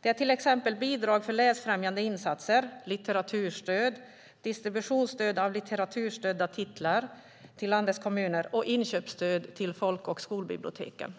Det är till exempel bidrag för läsfrämjande insatser, litteraturstöd, distributionsstöd av litteraturstödda titlar till landets kommuner och inköpsstöd till folk och skolbiblioteken.